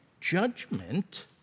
judgment